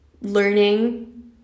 learning